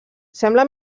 sembla